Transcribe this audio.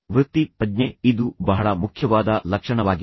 ವೃತ್ತಿ ಪ್ರಜ್ಞೆಃ ಇದು ಬಹಳ ಮುಖ್ಯವಾದ ಲಕ್ಷಣವಾಗಿದೆ